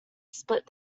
split